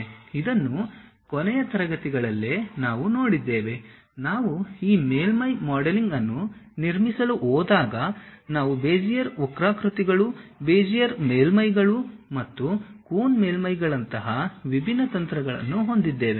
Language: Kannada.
ಇದನ್ನು ಕೊನೆಯ ತರಗತಿಗಳಲ್ಲೇ ನಾವು ನೋಡಿದ್ದೇವೆ ನಾವು ಈ ಮೇಲ್ಮೈ ಮಾಡೆಲಿಂಗ್ ಅನ್ನು ನಿರ್ಮಿಸಲು ಹೋದಾಗ ನಾವು ಬೆಜಿಯರ್ ವಕ್ರಾಕೃತಿಗಳು ಬೆಜಿಯರ್ ಮೇಲ್ಮೈಗಳು ಮತ್ತು ಕೂನ್ ಮೇಲ್ಮೈಗಳಂತಹ ವಿಭಿನ್ನ ತಂತ್ರಗಳನ್ನು ಹೊಂದಿದ್ದೇವೆ